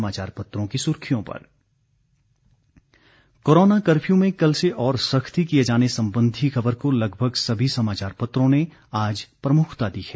समाचार पत्रों की सुर्खियों पर कोरोना कर्फ्यू में कल से और सख्ती किये जाने संबंधी खबर को लगभग सभी समाचार पत्रों ने आज प्रमुखता दी है